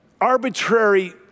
arbitrary